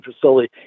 facility